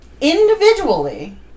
Individually